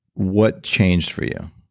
what changed for you?